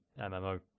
MMO